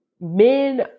men